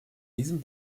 diesem